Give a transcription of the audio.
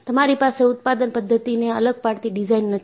તમારી પાસે ઉત્પાદન પદ્ધતિને અલગ પાડતી ડિઝાઇન નથી